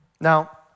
Now